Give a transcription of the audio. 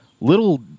little